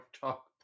Talk